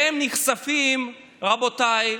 והם נחשפים, רבותיי,